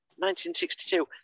1962